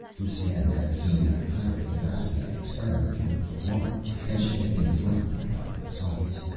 lusine had seen mapfarity and rastignac experimenting with the wine and she had been frightened by the results.